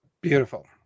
beautiful